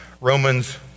Romans